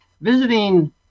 visiting